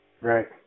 Right